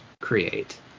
create